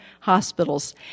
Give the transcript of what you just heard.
hospitals